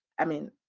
i mean,